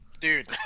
dude